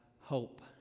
hope